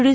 D